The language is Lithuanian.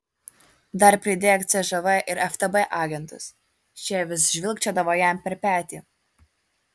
dar pridėk cžv ir ftb agentus šie vis žvilgčiodavo jam per petį